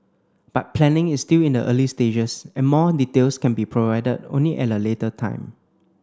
but planning is still in the early stages and more details can be provided only at a later time